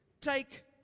take